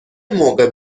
موقع